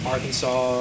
Arkansas